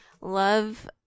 love